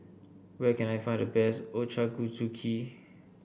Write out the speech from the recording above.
where can I find the best Ochazuke